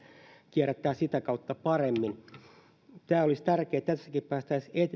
kierrättää sitä kautta paremmin tämä olisi tärkeää että tässäkin päästäisiin